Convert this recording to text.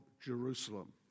Jerusalem